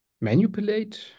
manipulate